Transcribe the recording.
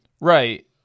Right